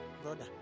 brother